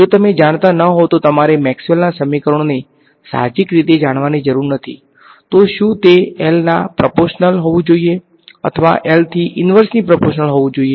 જો તમે જાણતા ન હોવ તો તમારે મેક્સવેલના સમીકરણોને સાહજિક રીતે જાણવાની જરૂર નથી તો શું તે L પર પ્રપોર્શનલ હોવું જોઈએ અથવા L થી ઈંવર્સ્લી પ્રપોર્શનલ હોવું જોઈએ